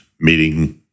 meeting